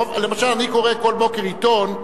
למשל אני קורא כל בוקר עיתון,